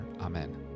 Amen